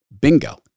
Bingo